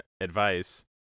advice